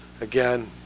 again